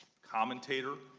commentator,